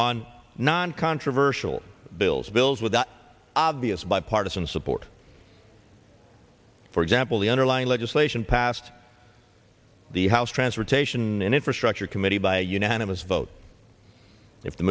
on non controversial bills bills with obvious bipartisan support for example the underlying legislation passed the house transportation and infrastructure committee by a unanimous vote if the